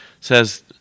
says